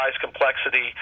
complexity